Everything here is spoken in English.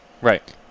Right